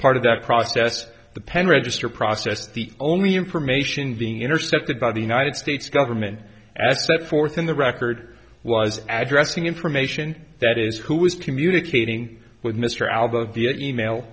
part of that process the pen register process the only information being intercepted by the united states government at sept fourth in the record was address the information that is who is communicating with mr album via e mail